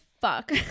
fuck